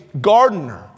gardener